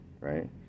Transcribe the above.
Right